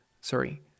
sorry